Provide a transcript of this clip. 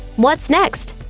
what's next?